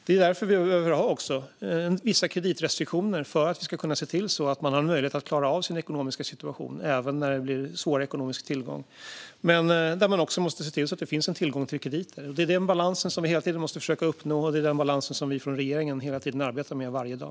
Det är därför vi behöver ha vissa kreditrestriktioner - vi ska kunna se till att man har möjlighet att klara av sin ekonomiska situation även när det blir svårare tider ekonomiskt. Men vi måste också se till att det finns tillgång till krediter. Det är denna balans vi hela tiden måste försöka uppnå, och det är denna balans som vi från regeringen arbetar med varje dag.